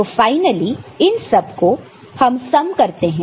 तो फाइनली इन सबको हम सम करते हैं